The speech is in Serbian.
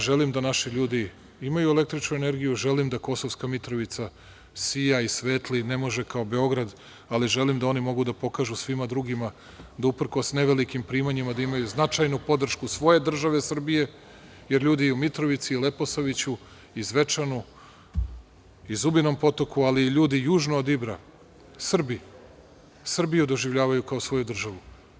Želim da naši ljudi imaju električnu energiju, želim da Kosovska Mitrovica sija i svetli, ne može kao Beograd, ali želim da oni mogu da pokažu svim drugima, da uprkos nevelikim primanjima da imaju značajnu podršku svoje države Srbije, jer ljudi u Mitrovici, Leposaviću i Zvečanu i Zubinom potoku, ali i ljudi južno od Ibra, Srbi Srbiju doživljavaju kao svoju državu.